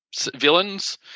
villains